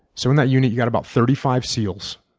so in that unit you've got about thirty five seals,